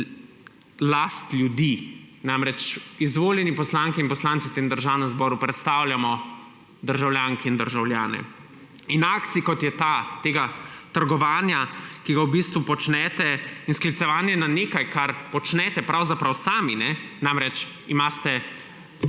last ljudi. Izvoljeni poslanke in poslanci v tem državnem zboru predstavljamo državljanke in državljane. In akcij, kot je ta, tega trgovanja, ki ga v bistvu počnete, in sklicevanje na nekaj, kar počnete pravzaprav sami, namreč imate